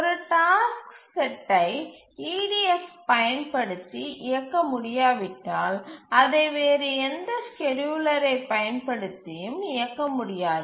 ஒரு டாஸ்க் தொகுப்பை EDF ஐப் பயன்படுத்தி இயக்க முடியாவிட்டால் அதை வேறு எந்த ஸ்கேட்யூலரை பயன்படுத்தியும் இயக்க முடியாது